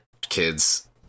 kids